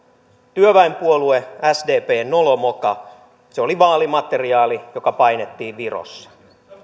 työväenpuolue sdpn nolo moka se oli vaalimateriaali joka painettiin virossa